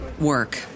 work